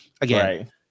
again